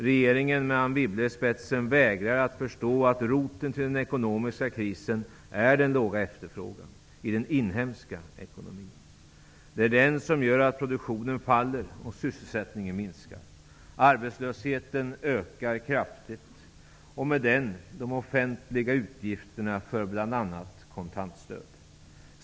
Regeringen, med Anne Wibble i spetsen, vägrar att förstå att roten till den ekonomiska krisen är den låga efterfrågan i den inhemska ekonomin. Det är den som gör att produktionen faller och sysselsättningen minskar. Arbetslösheten ökar kraftigt, och med den ökar de offentliga utgifterna för bl.a. kontantstöd.